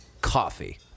Coffee